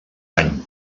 any